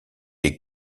est